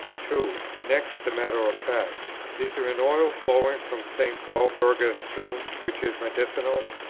two. next, the matter of fact is there an oil flowing from st. walburga's tomb, which is medicinal?